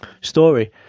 Story